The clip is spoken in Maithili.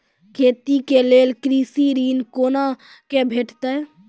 खेती के लेल कृषि ऋण कुना के भेंटते?